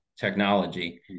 technology